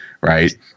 right